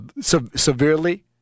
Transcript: severely